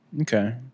Okay